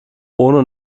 ohne